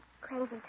crazy